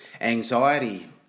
anxiety